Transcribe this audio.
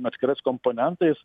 atskirais komponentais